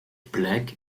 black